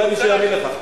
אולי מישהו יאמין לך.